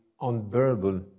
unbearable